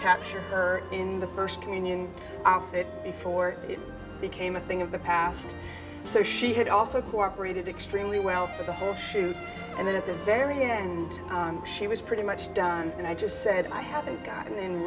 capture her in the first communion after that before it became a thing of the past so she had also cooperated extremely well for the whole shoot and then at the very end she was pretty much done and i just said i haven't gotten